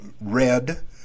red